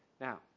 Now